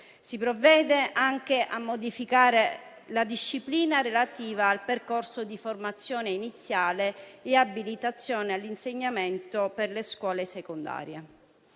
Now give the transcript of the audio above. Si provvede anche a modificare la disciplina relativa al percorso di formazione iniziale e di abilitazione all'insegnamento per le scuole secondarie.